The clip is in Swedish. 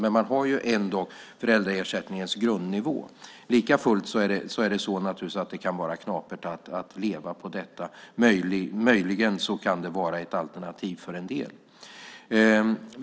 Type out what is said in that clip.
Men man har ändå föräldraersättningens grundnivå. Likafullt kan det naturligtvis vara knapert att leva på detta. Möjligen kan det vara ett alternativ för en del.